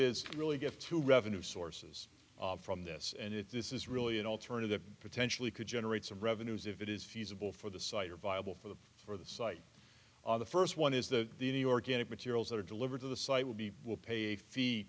is really get to revenue sources from this and if this is really an alternative potentially could generate some revenues if it is feasible for the site are viable for the for the site the first one is the any organic materials that are delivered to the site will be will pay a fee